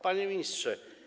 Panie Ministrze!